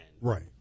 right